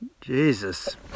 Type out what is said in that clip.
Jesus